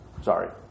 sorry